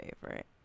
favorite